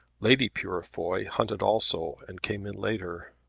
lady purefoy hunted also, and came in later.